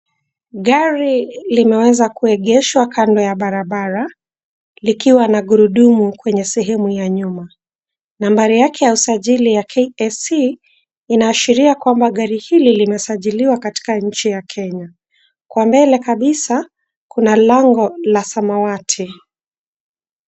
Gari limeweza kuegeshwa kando ya barabara likiwa na gurudumu kwenye sehemu ya nyuma. Nambari yake ya usajili ya KAC linaashiria kwamba gari hili limesajiliwa katika nchi ya Kenya. Kwa mbele kabisa kuna lango la samawati.